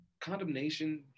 Condemnation